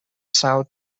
south